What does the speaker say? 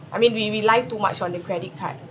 I mean we rely too much on the credit card